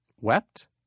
Wept